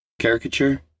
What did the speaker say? Caricature